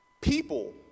People